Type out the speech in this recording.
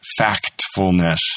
Factfulness